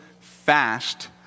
fast